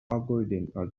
algorithm